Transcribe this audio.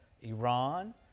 Iran